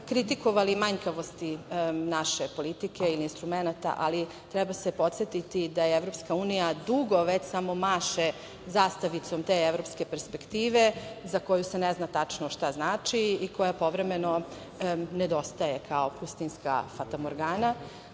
kritikovali manjkavosti naše politike i instrumenata, ali treba se podsetiti da EU dugo samo već maše zastavicom te evropske perspektive za koju se ne zna šta znači i koja povremeno nedostaje kao pustinjska fatamorgana.